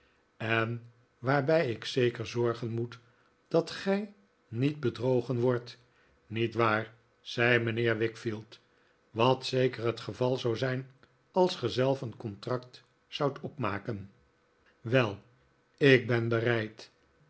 en waarbij ik zeker zorgen moet dat gij niet bedrogen wordt nietwaar zei mijnheer wickfield wat zeker het geval zou zijn als ge zelf een contract zoudt opmaken wei ik ben bereid